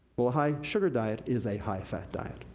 well, high sugar diet is a high fat diet.